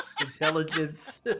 Intelligence